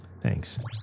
Thanks